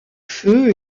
feu